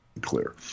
clear